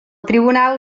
tribunal